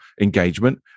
engagement